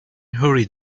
hurried